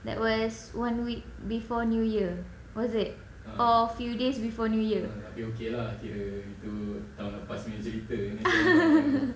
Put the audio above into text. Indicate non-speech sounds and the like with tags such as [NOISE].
that was one week before new year was it or few days before new year [LAUGHS]